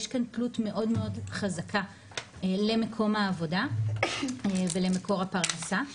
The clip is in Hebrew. יש כאן תלות מאוד מאוד חזקה למקום העבודה ולמקור הפרנסה.